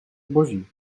zboží